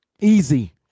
Easy